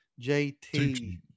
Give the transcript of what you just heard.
JT